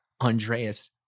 Andreas